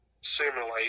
simulate